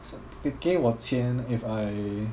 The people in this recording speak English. they 给我钱 if I